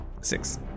six